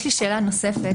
יש לי שאלה נוספת.